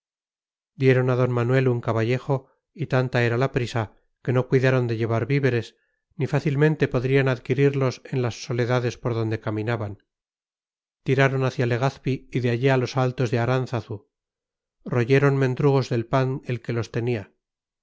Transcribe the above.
dieron a d manuel un caballejo y tanta era la prisa que no cuidaron de llevar víveres ni fácilmente podrían adquirirlos en las soledades por donde caminaban tiraron hacia legazpi y de allí a los altos de aránzazu royendo mendrugos de pan el que los tenía